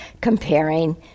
comparing